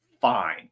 fine